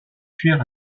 fuir